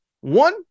One